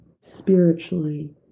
spiritually